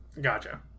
Gotcha